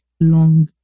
long